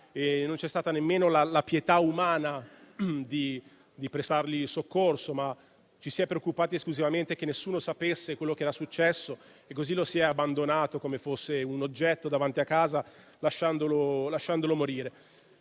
non c'è stata nemmeno la pietà umana di prestargli soccorso, ma ci si è preoccupati esclusivamente che nessuno sapesse quello che era successo e così lo si è abbandonato come fosse un oggetto davanti a casa, lasciandolo morire.